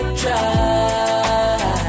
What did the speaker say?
try